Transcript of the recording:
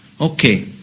Okay